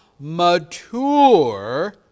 Mature